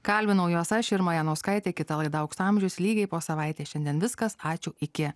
kalbinau jos aš irma janauskaitė kita laida aukso amžius lygiai po savaitės šiandien viskas ačiū iki